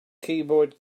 keyboard